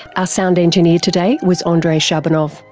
ah sound engineer today was andrei shabunov.